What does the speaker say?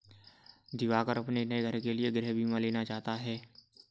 दिवाकर अपने नए घर के लिए गृह बीमा लेना चाहता है